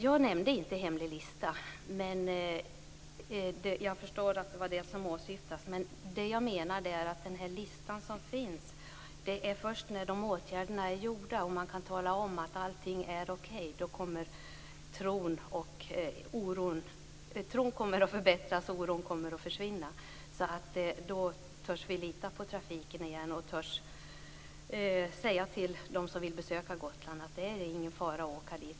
Jag nämnde inte någon hemlig lista, men jag förstår att det var det som åsyftades. Det jag menar är att det är först när de åtgärder som står på den lista som finns är vidtagna och man kan tala om att allting är okej som tron kommer att förbättras och oron kommer att försvinna. Då törs vi lita på trafiken igen och törs säga till dem som vill besöka Gotland att det inte är någon fara att åka dit.